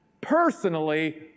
personally